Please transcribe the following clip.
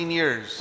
years